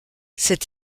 cet